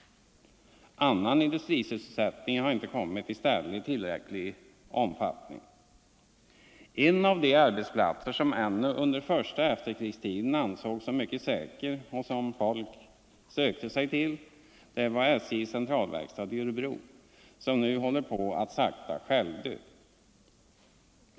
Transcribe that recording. Annan industrisysselsättning har inte kommit i stället i tillräcklig omfattning. En av de arbetsplatser som ännu under den första efterkrigstiden ansågs mycket säker och som folk sökte sig till, SJ:s centralverkstad i Örebro, håller nu på att sakta självdö.